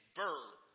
bird